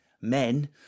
men